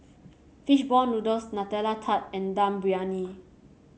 fish ball noodles Nutella Tart and Dum Briyani